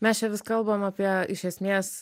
mes čia vis kalbam apie iš esmės